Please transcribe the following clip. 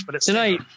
tonight